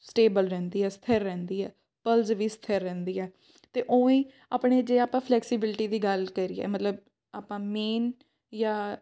stable ਰਹਿੰਦੀ ਹੈ ਸਥਿਰ ਰਹਿੰਦੀ ਹੈ ਪਲਜ਼ ਵੀ ਸਥਿਰ ਰਹਿੰਦੀ ਹੈ ਅਤੇ ਓਵੇਂ ਆਪਣੇ ਜੇ ਆਪਾਂ ਫਲੈਕਸੀਬਿਲਟੀ ਦੀ ਗੱਲ ਕਰੀਏ ਮਤਲਬ ਆਪਾਂ ਮੇਨ ਜਾਂ